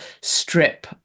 strip